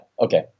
Okay